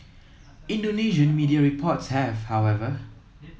Indonesian media reports have however